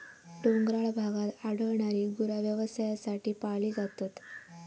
डोंगराळ भागात आढळणारी गुरा व्यवसायासाठी पाळली जातात